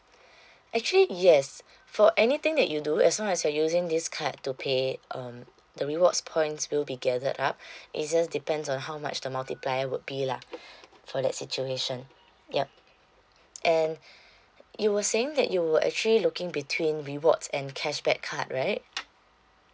actually yes for anything that you do as long as you're using this card to pay um the rewards points will be gathered up it just depends on how much the multiplier would be lah for that situation yup and you were saying that you were actually looking between rewards and cashback card right